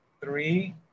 three